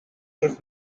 his